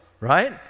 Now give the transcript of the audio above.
right